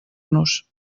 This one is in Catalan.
nos